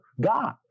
God